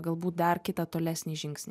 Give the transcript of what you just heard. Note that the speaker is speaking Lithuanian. galbūt dar kitą tolesnį žingsnį